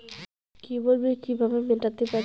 কেবল bill কিভাবে মেটাতে পারি?